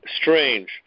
strange